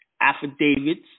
affidavits